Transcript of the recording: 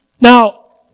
Now